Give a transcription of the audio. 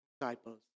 disciples